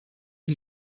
ihn